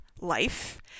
life